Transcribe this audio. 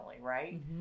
right